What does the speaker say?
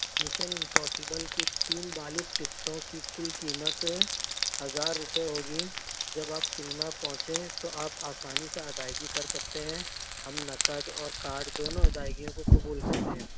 mission Impossible کی تین بالغ ٹکٹوں کی کل قیمت ہزار روپے ہوگی جب آپ سنیما پہنچیں تو آپ آسانی سے ادائیگی کر سکتے ہیں ہم نقد اور کارڈ دونوں ادائیگیوں کو قبول کرتے ہیں